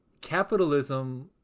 capitalism